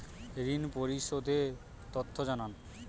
ঋন পরিশোধ এর তথ্য জানান